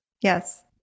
Yes